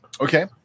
Okay